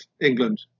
England